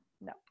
no